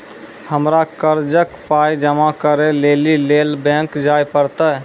हमरा कर्जक पाय जमा करै लेली लेल बैंक जाए परतै?